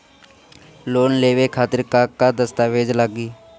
Loan लेवे खातिर का का दस्तावेज लागी?